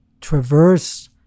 traverse